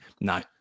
no